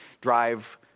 drive